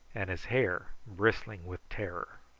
and his hair bristling with terror.